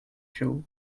shoe